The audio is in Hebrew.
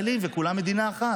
לתרום למדינה.